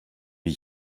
wie